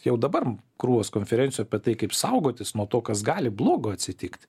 jau dabar krūvos konferencijų apie tai kaip saugotis nuo to kas gali blogo atsitikt